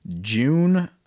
June –